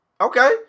Okay